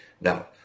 now